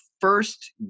first